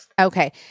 Okay